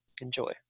enjoy